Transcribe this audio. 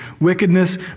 Wickedness